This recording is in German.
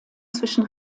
zwischen